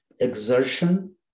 exertion